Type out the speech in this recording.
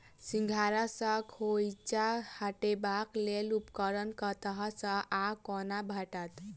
सिंघाड़ा सऽ खोइंचा हटेबाक लेल उपकरण कतह सऽ आ कोना भेटत?